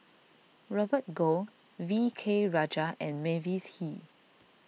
Robert Goh V K Rajah and Mavis Hee